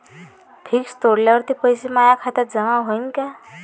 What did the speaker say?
Fix तोडल्यावर ते पैसे माया खात्यात जमा होईनं का?